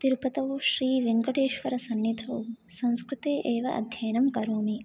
तिरुपतौ श्रीवेङ्कटेश्वरसन्निधौ संस्कृते एव अध्ययनं करोमि